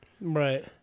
Right